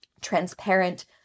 transparent